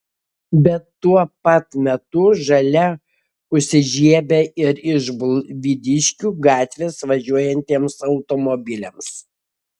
bet tuo pat metu žalia užsižiebia ir iš buivydiškių gatvės važiuojantiems automobiliams